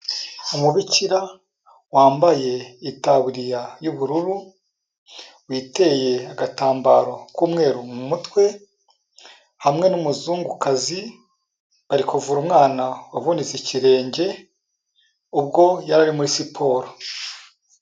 Umubikira wambaye itaburiya y'ubururu, witeye agatambaro k'umweru mumutwe, hamwe n'umuzungukazi bari kuvura umwana wavunitse ikirenge ubwo yari muri siporo.